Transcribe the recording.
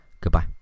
goodbye